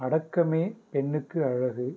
அடக்கமே பெண்ணுக்கு அழகு